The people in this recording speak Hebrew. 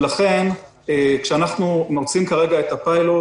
לכן כשאנחנו מוציאים כרגע את הפיילוט,